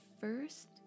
first